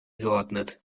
geordnet